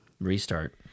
Restart